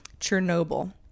Chernobyl